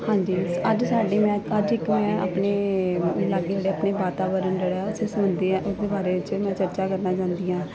ਹਾਂਜੀ ਅੱਜ ਸਾਡੇ ਮੈਂ ਅੱਜ ਇੱਕ ਮੈਂ ਆਪਣੇ ਲਾਗੇ ਜਿਹੜੇ ਆਪਣੇ ਵਾਤਾਵਰਣ ਜਿਹੜਾ ਅਸੀਂ ਸੁਣਦੇ ਆ ਇਹਦੇ ਬਾਰੇ 'ਚ ਮੈਂ ਚਰਚਾ ਕਰਨਾ ਚਾਹੁੰਦੀ ਹਾਂ